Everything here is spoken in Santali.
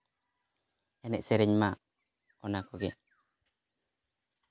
ᱮᱱᱮᱡ ᱥᱮᱨᱮᱧ ᱢᱟ ᱚᱱᱟ ᱠᱚᱜᱮ